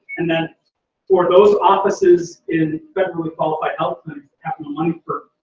and then for those offices in federally qualified health clinics, half of the money's for